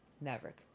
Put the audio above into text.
Maverick